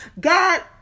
God